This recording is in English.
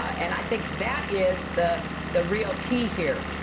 and i think that is the the real key here.